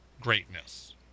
greatness